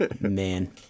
man